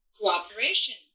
cooperation